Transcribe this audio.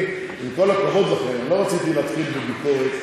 אני, עם כל הכבוד לכם, לא רציתי להתחיל בביקורת.